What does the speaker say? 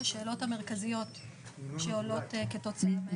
השאלות המרכזיות שעולות כתוצאה מההסדר הזה.